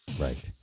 Right